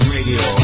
Radio